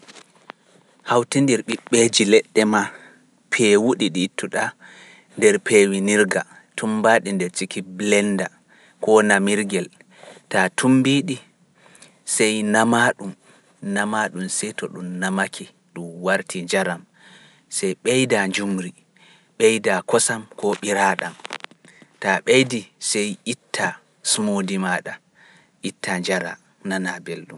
Hawtindir ɓiɓɓeeji leɗɗe ma peewuɗi ɗi ittuɗa nder peewinirga tumbaaɗi nder siki blenda koo bo namirgel, taa tumbiiɗi, sey nama ɗum, nama ɗum sey to ɗum namake ɗum warti njaram, sey ɓeyda njumri, ɓeyda kosam ko ɓiraaɗam, taa ɓeydi sey itta soomoodi maaɗa, itta njara nana belɗum.